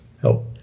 help